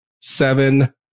seven